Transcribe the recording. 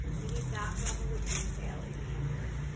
we need that level of details in answers.